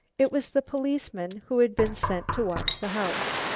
it was the policeman who had been sent to watch the house.